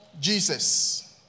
Jesus